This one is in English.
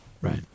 Right